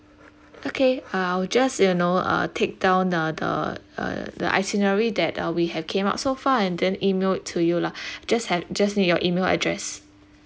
okay uh I'll just you know uh take down uh the uh the itinerary that uh we have came out so far and then email it to you lah just have just need your email address